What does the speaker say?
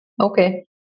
Okay